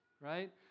right